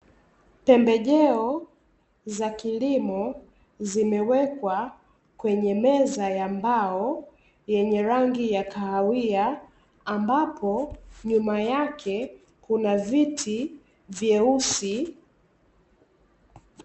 Pembejeo za kilimo zimewekwa kwenye meza ya mbao yenye rangi ya kahawia, ambapo nyuma yake kuna viti vyeusi.